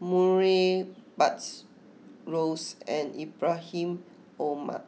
Murray Buttrose and Ibrahim Omar